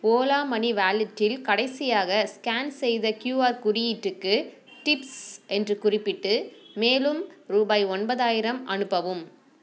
Ola money வாலெட்டில் கடைசியாக scan செய்த க்யூஆர் குறியீட்டுக்கு டிப்ஸ் என்று குறிப்பிட்டு மேலும் ரூபாய் ஒன்பதாயிரம் அனுப்பவும்